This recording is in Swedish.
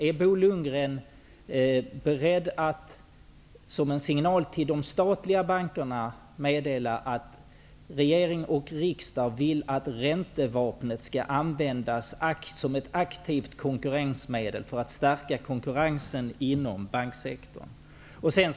Är Bo Lundgren beredd att som en signal till de statliga bankerna meddela att regering och riksdag vill att räntevapnet skall användas som ett aktivt konkurrensmedel för att stärka konkurrensen inom banksektorn?